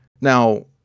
Now